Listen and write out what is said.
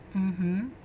mmhmm